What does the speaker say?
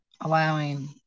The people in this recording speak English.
allowing